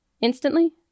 Instantly